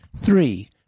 Three